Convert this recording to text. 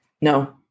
No